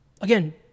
again